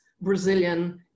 Brazilian